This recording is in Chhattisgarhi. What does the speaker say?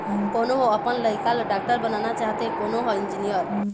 कोनो ह अपन लइका ल डॉक्टर बनाना चाहथे, कोनो ह इंजीनियर